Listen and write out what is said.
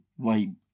vibe